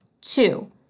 Two